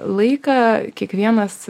laiką kiekvienas